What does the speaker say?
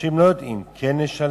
אנשים לא יודעים: כן נשלם?